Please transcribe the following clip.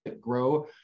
grow